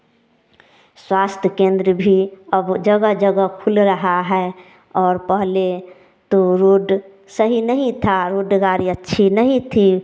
स्वास्थ्य केंद्र भी अब जगह जगह खुल रहा है और पहले तो रोड सही नहीं था रोड गाड़ी अच्छी नहीं थी